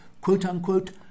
quote-unquote